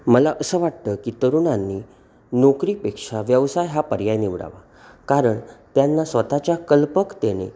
मला असं वाटतं की तरुणांनी नोकरीपेक्षा व्यवसाय हा पर्याय निवडावा कारण त्यांना स्वतःच्या कल्पकतेने